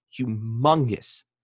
humongous